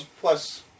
plus